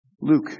Luke